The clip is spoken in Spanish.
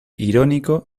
irónico